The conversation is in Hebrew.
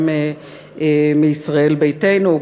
גם מישראל ביתנו.